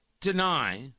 deny